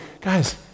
guys